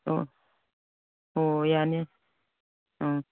ꯑꯣ ꯑꯣ ꯌꯥꯅꯤ ꯎꯝ